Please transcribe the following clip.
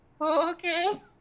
okay